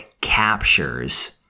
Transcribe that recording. captures